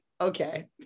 okay